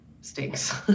stinks